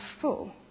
full